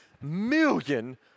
million